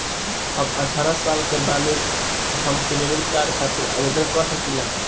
हम अठारह साल के बानी हम क्रेडिट कार्ड खातिर आवेदन कर सकीला?